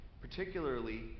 particularly